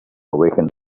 awaken